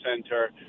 Center